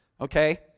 Okay